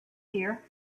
here